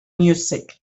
music